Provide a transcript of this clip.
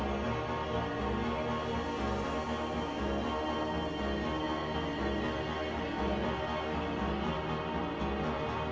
and